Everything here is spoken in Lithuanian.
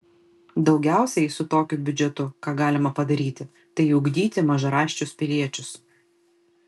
daugiausiai su tokiu biudžetu ką galima padaryti tai ugdyti mažaraščius piliečius